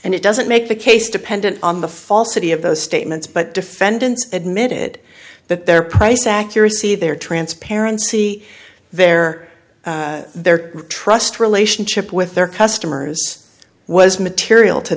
and it doesn't make the case dependent on the falsity of those statements but defendants admitted that their price accuracy their transparency their their trust relationship with their customers was material to